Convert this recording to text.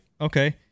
Okay